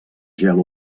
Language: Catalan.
gel